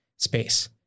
Space